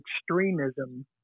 extremism